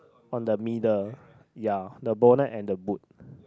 on the middle ya the bonnet and the boot